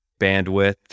bandwidth